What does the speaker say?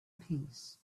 peace